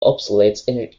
obsolete